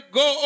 go